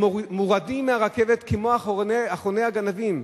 הם מורדים מהרכבת כמו אחרוני הגנבים.